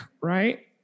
right